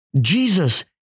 Jesus